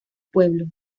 pueblo